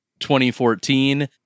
2014